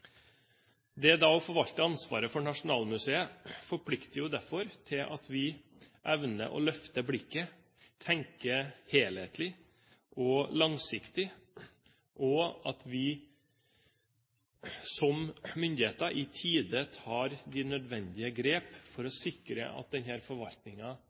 Det å forvalte ansvaret for Nasjonalmuseet forplikter oss derfor til å evne å løfte blikket og tenke helhetlig og langsiktig, og at vi som myndigheter i tide tar de nødvendige grep for å